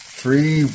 three